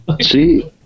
See